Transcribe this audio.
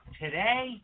Today